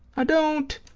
i don't.